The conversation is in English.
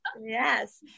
Yes